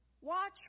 watch